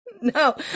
No